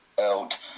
out